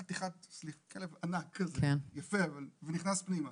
כלב ענק כזה, יפה, ונכנס פנימה.